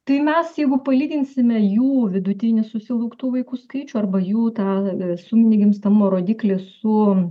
tai mes jeigu palyginsime jų vidutinį susilauktų vaikų skaičių arba jų tą suminį gimstamumo rodiklį su